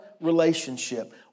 relationship